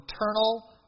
eternal